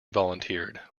volunteered